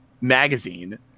magazine